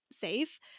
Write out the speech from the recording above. safe